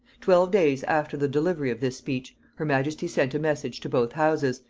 twelve days after the delivery of this speech, her majesty sent a message to both houses,